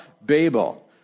Babel